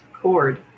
Cord